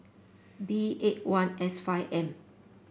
B eight one S five M